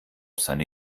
seine